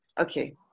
okay